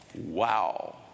Wow